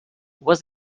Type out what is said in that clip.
was